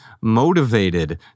motivated